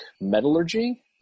Metallurgy